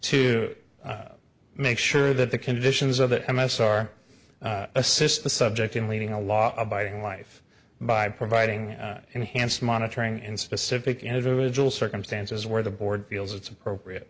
to make sure that the conditions of that m s r assist the subject in leaving a law abiding life by providing enhanced monitoring in specific individual circumstances where the board feels it's appropriate